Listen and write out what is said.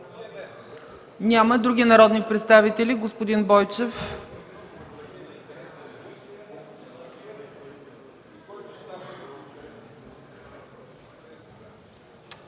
Няма. Други народни представители? Господин Мартин